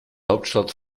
hauptstadt